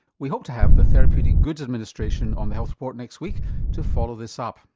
we hope to have the therapeutic goods administration on the health report next week to follow this up.